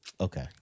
Okay